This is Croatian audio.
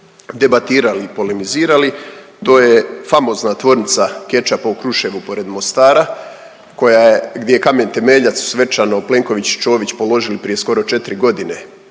debatirali i polemizirali. To je famozna tvornica kečapa u Kruševu pored Morasta koja je, gdje je kamen temeljac svečano Plenković i Ćović položili prije skoro 4 godine,